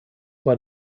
bei